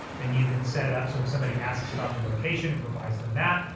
then you can set it up. so if somebody asks about the location, it provides them that.